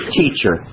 teacher